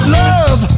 love